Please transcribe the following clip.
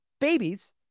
babies